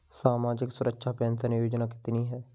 सामाजिक सुरक्षा पेंशन योजना कितनी हैं?